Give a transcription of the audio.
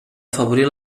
afavorir